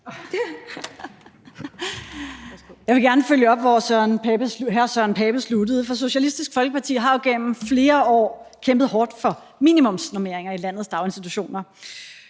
Jeg vil gerne følge op, hvor hr. Søren Pape sluttede. Socialistisk Folkeparti har jo igennem flere år kæmpet hårdt for minimumsnormeringer i landets daginstitutioner,